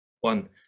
one